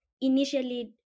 initially